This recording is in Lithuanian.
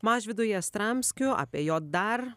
mažvydu jastramskiu apie jo dar